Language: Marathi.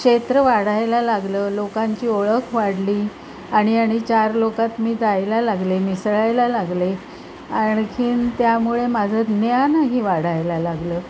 क्षेत्र वाढायला लागलं लोकांची ओळख वाढली आणि आणि चार लोकात मी जायला लागले मिसळायला लागले आणखीन त्यामुळे माझं ज्ञानही वाढायला लागलं